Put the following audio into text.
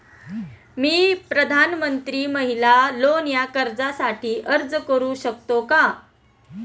मी प्रधानमंत्री महिला लोन या कर्जासाठी अर्ज करू शकतो का?